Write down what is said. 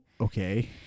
Okay